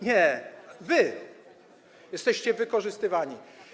Nie, wy. Jesteście wykorzystywani.